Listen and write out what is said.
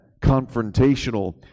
confrontational